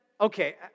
okay